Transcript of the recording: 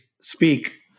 speak